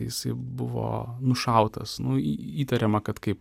jisai buvo nušautas nu įtariama kad kaip